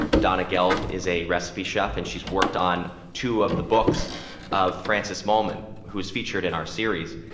donna gelb, is a recipe chef. and she's worked on two of the books of francis mallmann, who's featured in our series.